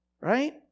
right